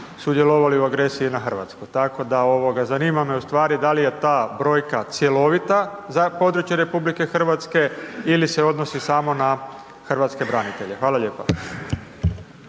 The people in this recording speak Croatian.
sudjelovali u agresiji na Hrvatsku? Tako da zanima me ustvari da li je ta brojka cjelovita za područje RH ili se odnosi samo na hrvatske branitelje? Hvala lijepa.